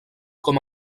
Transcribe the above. com